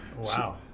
Wow